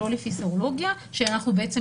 ולא לפי סרולוגיה,